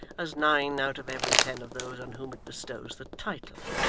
as nine out of every ten of those on whom it bestows the title.